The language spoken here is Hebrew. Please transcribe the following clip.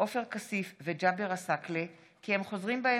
עופר כסיף וג'אבר עסאקלה כי הם חוזרים בהם